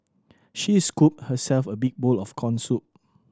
she scooped herself a big bowl of corn soup